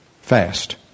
Fast